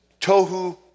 Tohu